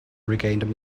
regained